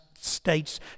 states